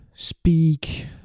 speak